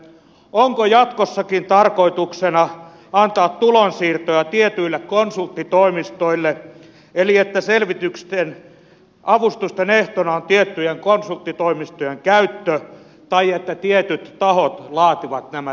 onko jatkossakin tarkoituksena antaa tulonsiirtoja tietyille konsulttitoimistoille eli että avustusten ehtona on tiettyjen konsulttitoimistojen käyttö tai että tietyt tahot laativat nämä selvitykset